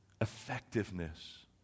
effectiveness